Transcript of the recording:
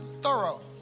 thorough